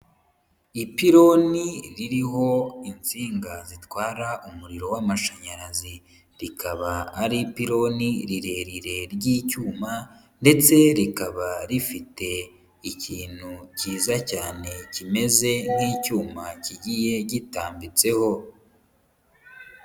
Ipironi ririho insinga zitwara umuriro w'amashanyarazi. Rikaba ari ipironi rirerire ry'icyuma, ndetse rikaba rifite ikintu kiza cyane kimeze nk'icyuma kigiye gitambitseho.